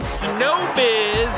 snowbiz